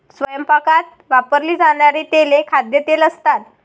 स्वयंपाकात वापरली जाणारी तेले खाद्यतेल असतात